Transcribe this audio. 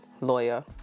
Lawyer